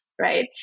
right